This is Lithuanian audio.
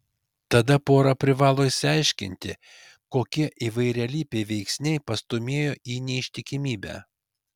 tada pora privalo išsiaiškinti kokie įvairialypiai veiksniai pastūmėjo į neištikimybę